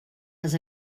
les